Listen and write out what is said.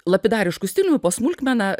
lapidrišku stiliumi po smulkmeną